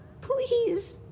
Please